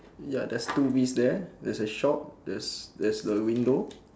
ya there's two bees there there's a shop there's there's a window